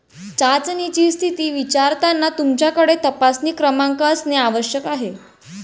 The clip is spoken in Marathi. चाचणीची स्थिती विचारताना तुमच्याकडे तपासणी क्रमांक असणे आवश्यक आहे